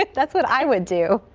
that's what i would do.